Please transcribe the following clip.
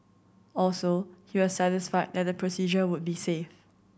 also he was satisfied that the procedure would be safe